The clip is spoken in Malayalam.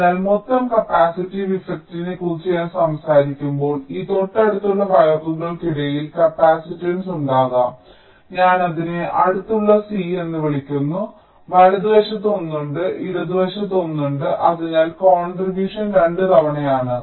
അതിനാൽ മൊത്തം കപ്പാസിറ്റീവ് ഇഫക്റ്റിനെക്കുറിച്ച് ഞാൻ സംസാരിക്കുമ്പോൾ ഈ തൊട്ടടുത്തുള്ള വയറുകൾക്കിടയിൽ കപ്പാസിറ്റൻസ് ഉണ്ടാകാം ഞാൻ അതിനെ അടുത്തുള്ള C എന്ന് വിളിക്കുന്നു വലതുവശത്ത് ഒന്നുണ്ട് ഇടതുവശത്ത് ഒന്നുണ്ട് അതിനാൽ കോൺട്രിബ്യുഷൻ രണ്ടുതവണയാണ്